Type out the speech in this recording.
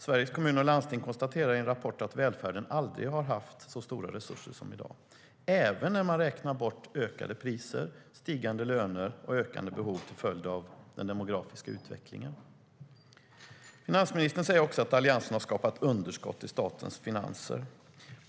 Sveriges Kommuner och Landsting konstaterar i en rapport att välfärden aldrig har haft så stora resurser som i dag, även om man räknar bort ökade priser, stigande löner och ökande behov till följd av den demografiska utvecklingen. Finansministern säger också att Alliansen har skapat underskott i statens finanser.